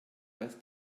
als